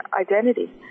identity